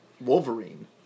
Wolverine